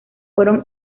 fueron